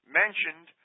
mentioned